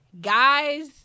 guys